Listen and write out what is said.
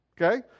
okay